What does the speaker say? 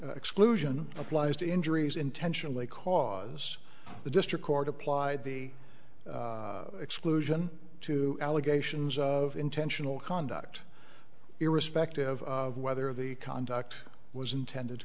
exclusion applies to injuries intentionally cause the district court applied the exclusion to allegations of intentional conduct irrespective of whether the conduct was intended